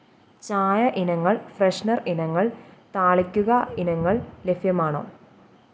ചായ ഇനങ്ങൾ ഫ്രെഷ്നർ ഇനങ്ങൾ താളിക്കുക ഇനങ്ങൾ ലഭ്യമാണോ